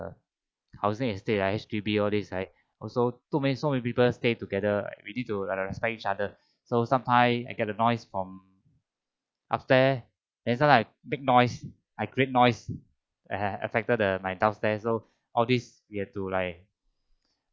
the housing estate right H_D_B all these right also too many so many people stay together we need to respect each other so sometime I got a noice from upstair then sometimes like big noise I create noise uh affected my downstairs so all these we have to like